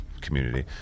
community